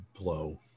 blow